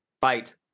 fight